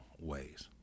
ways